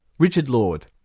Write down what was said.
richard lord.